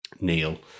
Neil